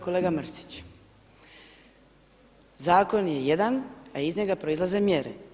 Kolega Mrsić, zakon je jedan a iz njega proizlaze mjere.